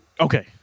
Okay